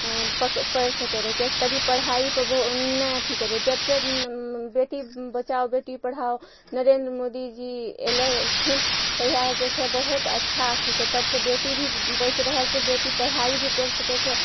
पढ़ि सकय रहय किएककि तभी पढ़ाइ पर ने अथी करय जबसँ बेटी बचाओ बेटी पढ़ाओ नरेन्द्र मोदी जी एलय एलखिन तहिया जे छै बहुत अच्छा अथी छै तबसँ बेटी भी बचि रहल छै बेटी पढ़ाइ भी करि सकय छै